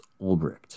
Ulbricht